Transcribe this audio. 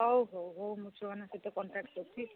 ହଉ ହଉ ହଉ ମୁଁ ଛୁଆମାନଙ୍କ ସହିତ କଣ୍ଟାକ୍ଟ କରୁଛିି